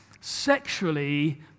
sexually